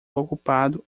ocupado